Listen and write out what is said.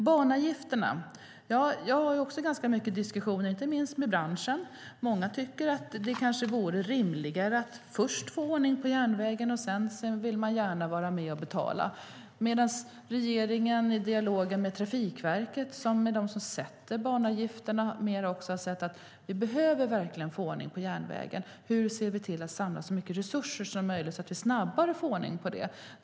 När det gäller banavgifter har jag också ganska mycket diskussioner, inte minst med branschen. Många tycker att det vore rimligare att först få ordning på järnvägen, och sedan vill man gärna vara med och betala. I dialogen med Trafikverket, som är de som sätter banavgifterna, har regeringen sagt att vi verkligen behöver få ordning på järnvägen och att vi måste samla så mycket resurser som möjligt så att vi snabbare får ordning på den.